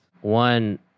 One